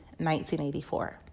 1984